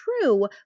true